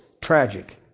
tragic